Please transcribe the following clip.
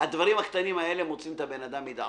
הדברים הקטנים האלה מוציאים את הבן-אדם מדעתו.